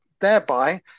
thereby